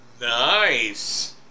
Nice